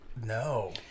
No